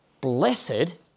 Blessed